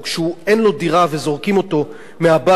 או כשאין לו דירה וזורקים אותו מהבית,